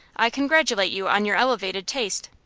i congratulate you on your elevated taste.